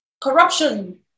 corruption